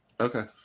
Okay